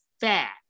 fat